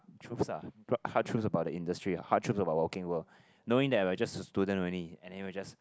truths lah hard truth about the industry hard truths about working world knowing that we're just a student only and then we're just